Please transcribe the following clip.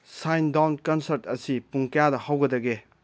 sign down concert ꯑꯁꯤ ꯄꯨꯡ ꯀꯌꯥꯗ ꯍꯧꯒꯗꯒꯦ